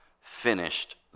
finished